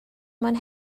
mewn